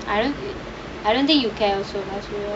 I don't I don't think you counsel